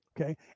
Okay